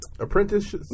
Apprentice